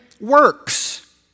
works